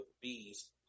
bees